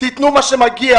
תנו מה שמגיע.